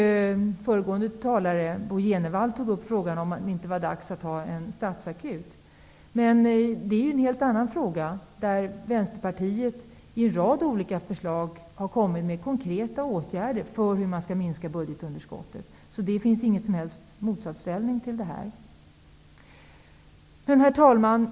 Föregående talare, Bo Jenevall, tog upp frågan om det inte var dags för en statsakut. Men det är en helt annan fråga där Vänsterpartiet har kommit med en rad förslag till konkreta årgärder för att minska budgetunderskottet. Det finns ingen som helst motsatsställning. Herr talman!